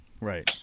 Right